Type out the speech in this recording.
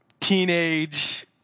teenage